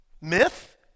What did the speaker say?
Myth